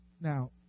Now